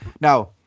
Now